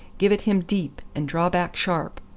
give it him deep, and draw back sharp.